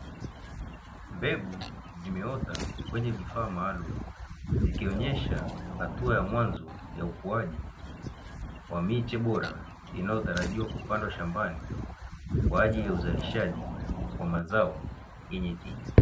Mbegu zimeota kwenye vifaa maalumu zikionyesha hatua ya mwanzo ya ukuaji wa miche bora, inayotarajia kupandwa shambani kwa ajili ya uzalishaji wa mazao yenye tija.